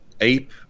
ape